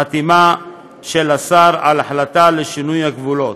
חתימה של השר על החלטה לשינוי הגבולות.